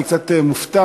אני קצת מופתע